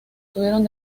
tuvieron